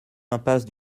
impasse